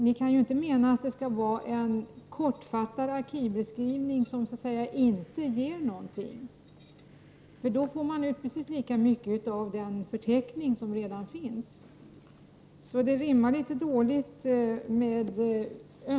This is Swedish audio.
Ni kan ju inte mena att det skall vara en kortfattad arkivbeskrivning som inte ger någonting. I så fall får man ut precis lika mycket av den förteckning som redan finns. Önskan och resurserna rimmar litet dåligt.